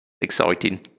exciting